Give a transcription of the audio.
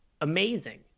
Amazing